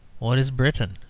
what is britain?